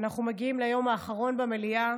אנחנו מגיעים ליום האחרון במליאה